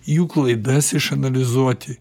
jų klaidas išanalizuoti